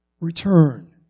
return